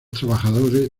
trabajadores